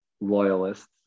loyalists